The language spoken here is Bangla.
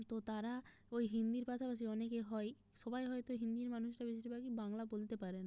তো তারা ওই হিন্দির পাশাপাশি অনেকে হয় সবাই হয়তো হিন্দির মানুষরা বেশিরভাগই বাংলা বলতে পারে না